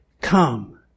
come